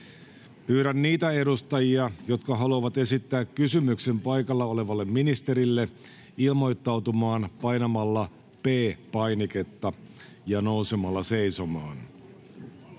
Pyydän niitä edustajia, jotka haluavat esittää kysymyksen paikalla olevalle ministerille, ilmoittautumaan painamalla P-painiketta ja nousemalla seisomaan.